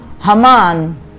Haman